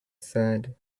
said